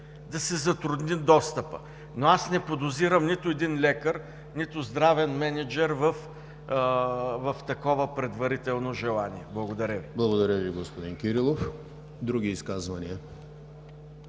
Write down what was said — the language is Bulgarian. да се затрудни достъпът. Но аз не подозирам нито един лекар, нито здравен мениджър в такова предварително желание. Благодаря Ви. ПРЕДСЕДАТЕЛ ЕМИЛ ХРИСТОВ: Благодаря Ви, господин Кирилов. Други изказвания?